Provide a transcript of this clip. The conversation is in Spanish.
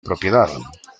propiedad